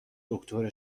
دکتر